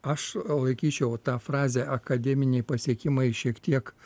aš laikyčiau tą frazę akademiniai pasiekimai šiek tiek